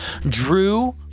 drew